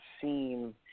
seen